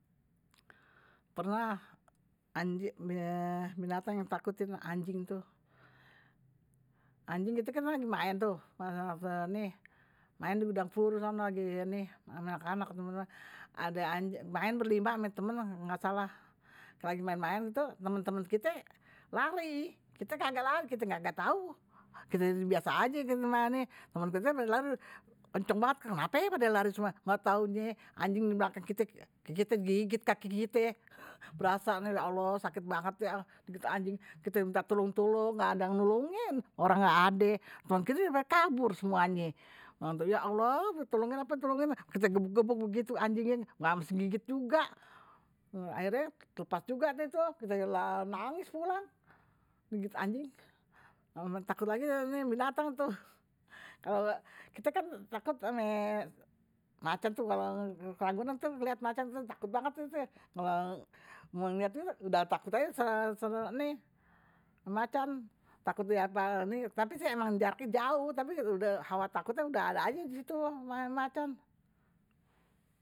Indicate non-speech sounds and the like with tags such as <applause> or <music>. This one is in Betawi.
Pernah <hesitation> binatang yang ditakutin anjing tu. Anjing tu kan lagi main tuh. Main di gudang peluru sana <hesitation> anak anak. Ada anjing, main berlima, temen gak salah. Lagi main-main, temen-temen kite lari. Kite kagak lari, kite gak tau. kite biasa aja temen-temen. Temen-temen kite lari, kenceng banget. Kenapa ya pada lari semua, gak tau. Anjing di belakang kite, kite digigit kaki kite. Berasa, ya allah sakit banget ya digigit anjing. Kite minta tolong-tolong, gak ada yang nulungin. Orang gak ada. Temen-temen kite udeh pada kabur semuanye. Ya allah, tolongin apa, tolongin. Kite gebuk gebuk begitu anjingnye. Gak mesti gigit juga. Akhirnya terlepas juga tu. Kite nangis pulang. Gigit anjing. Takut lagi <hesitation> anjing binatang tu. Kite kan takut anjing macan tu. Kalau ke ragunan tu, liat macan tu. Takut banget tu. Kalau ngelakuin tu, udah takut aja selalu ame macan. Takut dia apa. Tapi sih memang jaraknya jauh. Tapi hawa takutnya udah ada aje ama macan.